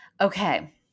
Okay